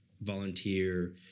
volunteer